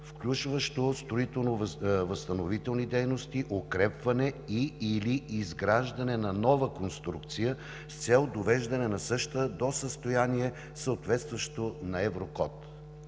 включващо строително възстановителни дейности, укрепване и/или изграждане на нова конструкция с цел довеждане на същата до състояние, съответстващо на ЕВРОКОД.